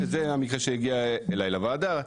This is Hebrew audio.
וזה המקרה שהגיע אלי לוועדה,